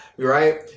Right